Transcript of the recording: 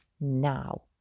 now